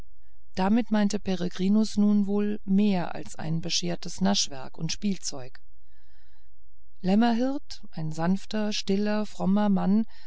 damit meinte peregrinus nun wieder wohl mehr als ein beschertes naschwerk und spielzeug lämmerhirt ein sanfter stiller frommer mann